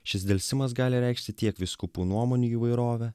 šis delsimas gali reikšti tiek vyskupų nuomonių įvairovę